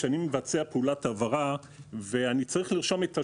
כשאני מבצע פעולת העברה ואני צריך לרשום את השם,